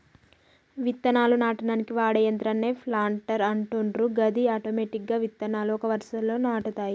విత్తనాలు నాటనీకి వాడే యంత్రాన్నే ప్లాంటర్ అంటుండ్రు గది ఆటోమెటిక్గా విత్తనాలు ఒక వరుసలో నాటుతాయి